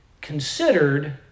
considered